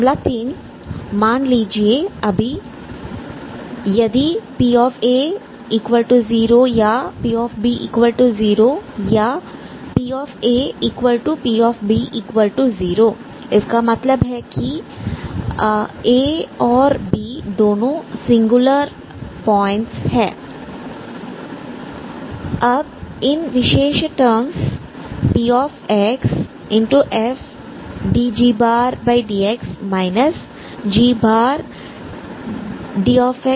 मामला 3 मान लीजिए अभी यदि p0 या p0 या pp0 इसका मतलब है कि a b दोनों सिंगुलर पॉइंट्स है अब इन विशेष टर्म्स pxfdgdx gdfdx